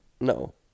no